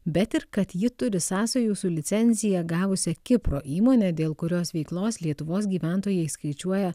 bet ir kad ji turi sąsajų su licenzija gavusia kipro įmone dėl kurios veiklos lietuvos gyventojai skaičiuoja